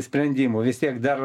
sprendimų vis tiek dar